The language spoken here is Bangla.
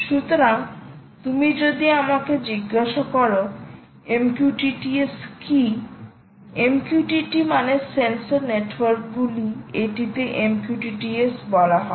সুতরাং তুমি যদি আমাকে জিজ্ঞাসা কর MQTT S কী MQTT মানে সেন্সর নেটওয়ার্কগুলি এটিকে MQTT S বলা হয়